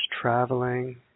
traveling